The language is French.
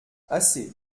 assez